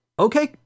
Okay